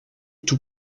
tout